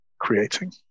creating